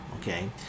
okay